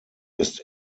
ist